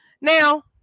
Now